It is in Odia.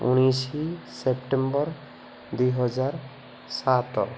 ଉଣେଇଶ ସେପ୍ଟେମ୍ବର ଦୁଇ ହଜାର ସାତ